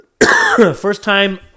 First-time